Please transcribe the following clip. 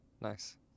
Nice